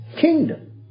kingdom